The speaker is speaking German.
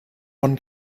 von